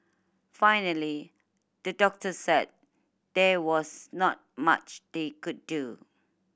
finally the doctors said there was not much they could do